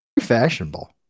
fashionable